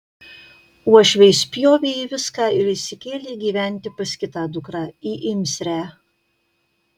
uošviai spjovė į viską ir išsikėlė gyventi pas kitą dukrą į imsrę